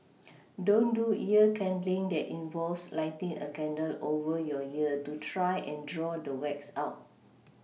don't do ear candling that involves lighting a candle over your ear to try and draw the wax out